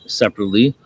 separately